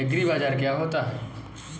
एग्रीबाजार क्या होता है?